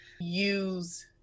use